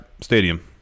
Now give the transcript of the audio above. Stadium